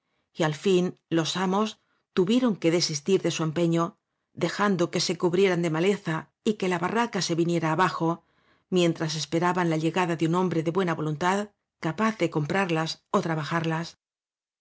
y al fin los amos tuvieron que desistir de su empeño dejando que se cubrieran de maleza y que la barraca se viniera abajo mientras esperaban la llegada de un hombre de buena voluntad capaz de comprarlas ó tra